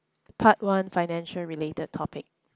part one financial related topic